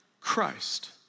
Christ